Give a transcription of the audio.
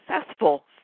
successful